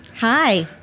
Hi